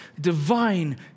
divine